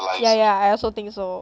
yeah yeah I also think so